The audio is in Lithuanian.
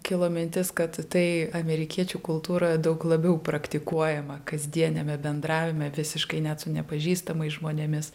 kilo mintis kad tai amerikiečių kultūroje daug labiau praktikuojama kasdieniame bendravime visiškai net su nepažįstamais žmonėmis